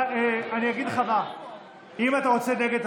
אם אתה רוצה נגד,